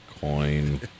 coin